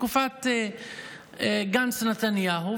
בתקופת גנץ-נתניהו,